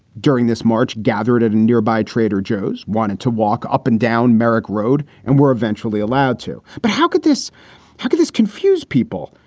during this march, gathered at a nearby trader joe's, wanted to walk up and down merrick road and were eventually allowed to. but how could this how could this confuse people?